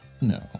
no